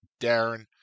Darren